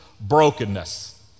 brokenness